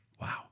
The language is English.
Wow